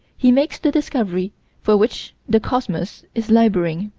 he makes the discovery for which the cosmos is laboring.